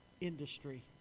industry